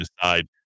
decide